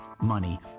money